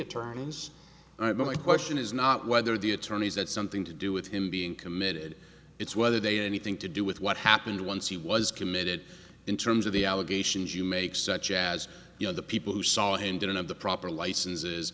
attorneys i have my question is not whether the attorneys had something to do with him being committed it's whether they anything to do with what happened once he was committed in terms of the allegations you make such as you know the people who saw ended and of the proper licenses